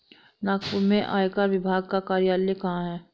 नागपुर में आयकर विभाग का कार्यालय कहाँ है?